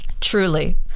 Truly